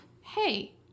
Hey